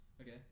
Okay